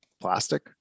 plastic